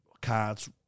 Cards